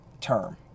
term